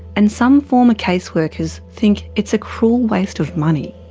and some former case workers think it's a cruel waste of money.